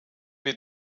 wir